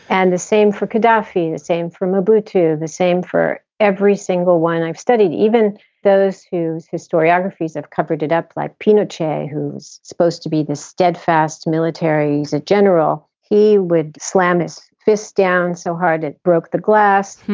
and the same for gadhafi, the same for mobutu, the same for every single one i've studied, even those whose historiography have covered it up, like pinochet, who's supposed to be the steadfast military general he would slam his fist down so hard it broke the glass.